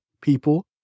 people